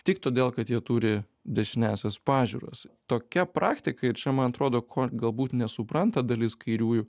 tik todėl kad jie turi dešiniąsias pažiūras tokia praktika ir čia man atrodo ko galbūt nesupranta dalis kairiųjų